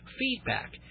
feedback